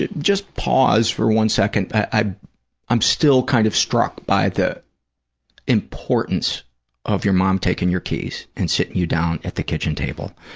just pause for one second. i'm i'm still kind of struck by the importance of your mom taking your keys and sitting you down at the kitchen table,